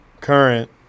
Current